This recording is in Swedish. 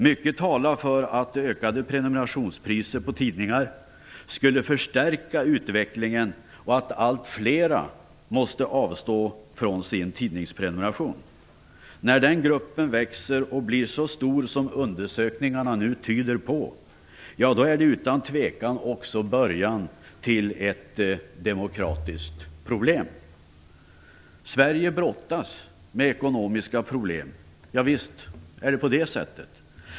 Mycket talar för att det ökade prenumerationspriset på tidningar skulle förstärka utvecklingen och att allt flera måste avstå från sin tidningsprenumeration. När den gruppen växer och blir så stor som undersökningarna nu tyder på, är det utan tvivel också början till ett demokratiskt problem. Sverige brottas med ekonomiska problem. Javisst är det så.